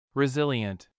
resilient